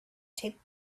taped